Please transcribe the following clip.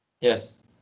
Yes